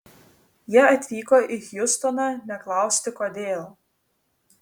jie atvyko į hjustoną ne klausti kodėl